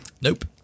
Nope